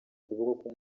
ukuboko